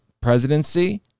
presidency